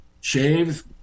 shaves